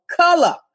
color